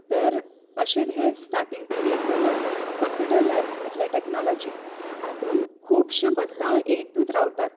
तर अशेंच हें स्टार्टींग पिरियड जालो कंप्युटर लॅब म्हणटल्यार टॅक्नोलोजी हातूंत खुबशे बदलाव येयतूच रावतात